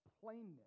plainness